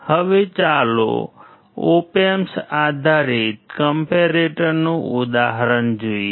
હવે ચાલો op amps આધારિત કમ્પૅરેટરનું ઉદાહરણ જોઈએ